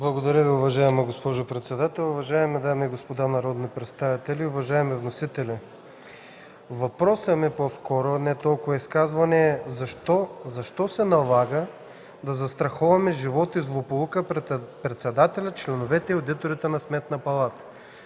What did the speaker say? Благодаря Ви, уважаема госпожо председател. Уважаеми дами и господа народни представители, уважаеми вносители, това е по-скоро въпрос, а не толкова изказване. Защо се налага да застраховаме „Живот” и „Злополука” председателят, членовете и одиторите на Сметната палата?